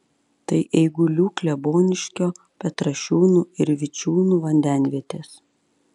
tai eigulių kleboniškio petrašiūnų ir vičiūnų vandenvietės